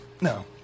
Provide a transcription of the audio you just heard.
No